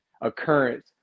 occurrence